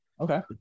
Okay